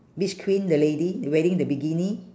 beach queen the lady wearing the bikini